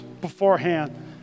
beforehand